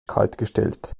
kaltgestellt